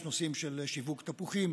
יש הנושא של שיווק תפוחים,